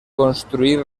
construir